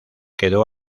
quedó